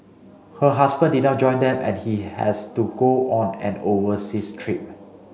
her husband did not join them as he has to go on an overseas trip